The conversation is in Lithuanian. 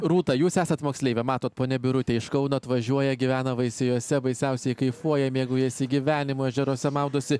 rūta jūs esat moksleivė matot ponia birutė iš kauno atvažiuoja gyvena veisiejuose baisiausiai kaifuoja mėgaujasi gyvenimu ežeruose maudosi